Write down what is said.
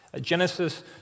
Genesis